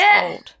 old